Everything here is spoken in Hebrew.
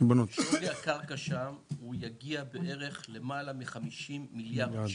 שווי הקרקע שם יגיע ללמעלה מ-50 מיליארד שקלים.